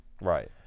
Right